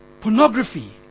pornography